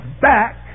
back